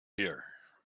here